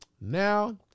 now